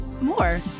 more